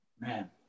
Man